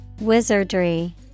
Wizardry